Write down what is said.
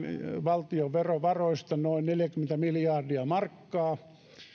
valtion verovaroista noin neljäkymmentä miljardia markkaa